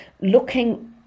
looking